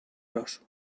los